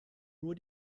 nur